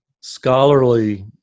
Scholarly